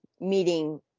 meeting